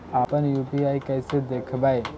अपन यु.पी.आई कैसे देखबै?